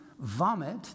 vomit